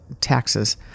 taxes